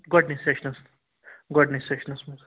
گۄڈنِکۍ سٮ۪شنَس گۄڈنِکۍ سٮ۪شنَس منٛز